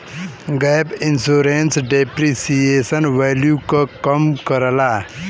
gap insurance depreciation value क कम करला